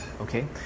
Okay